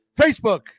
Facebook